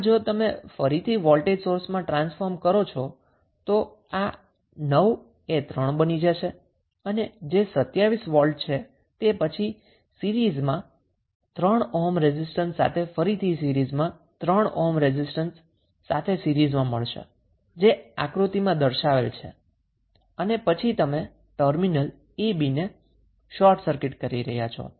હવે જો તમે ફરીથી વોલ્ટેજ સોર્સમાં ટ્રાન્સફોર્મ કરો છો તો આ 9 ગુણ્યા 3 બની જશે અને જે 27 વોલ્ટ છે તે પછી 3 ઓહ્મ રેઝિસ્ટન્સ સાથે સીરીઝમાં છે ફરીથી 3 ઓહ્મ રેઝિસ્ટન્સ સાથે સીરીઝમાં છે જે આકૃતિમાં દર્શાવેલ છે અને પછી તમે ટર્મિનલ a b ને શોર્ટ સર્કિટ કરી રહ્યા છો